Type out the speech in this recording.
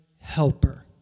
helper